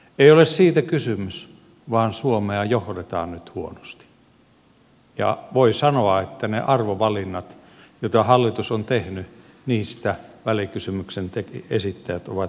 ei ole siitä kysymys vaan suomea johdetaan nyt huonosti ja voi sanoa että niistä arvovalinnoista joita hallitus on tehnyt välikysymyksen esittäjät ovat eri mieltä